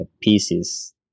pieces